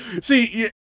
See